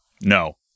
no